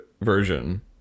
version